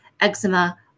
eczema